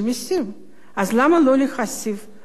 למה לא להוסיף 1% או 2%?